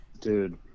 dude